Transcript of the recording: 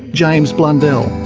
james blundell.